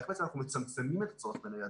איך בעצם אנחנו מצמצמים את הצורך בניידות.